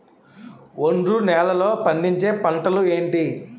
ఒండ్రు నేలలో పండించే పంటలు ఏంటి?